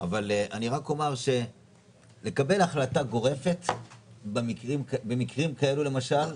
אבל אני רק אומר שלקבל החלטה גורפת במקרים כאלה למשל,